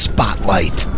Spotlight